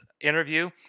interview